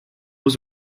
was